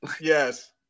Yes